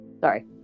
Sorry